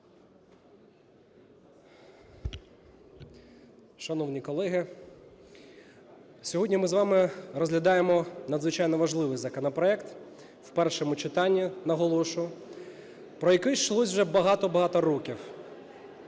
Шановні колеги! Сьогодні ми з вами розглядаємо надзвичайно важливий законопроект. В першому читанні, наголошую. Про який йшлось вже багато-багато років.